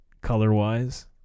color-wise